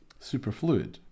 superfluid